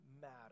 matter